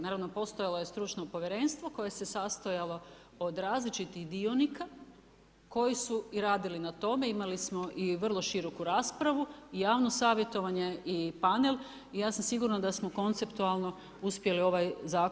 Naravno, postojalo je stručno povjerenstvo koje se sastojalo od različitih dionika, koji su i radili na tome, imali smo i vrlo široku raspravu i javno savjetovanje i panel, i ja sam sigurna da smo konceptualno uspjeli ovaj zakon ujednačiti.